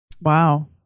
Wow